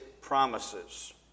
promises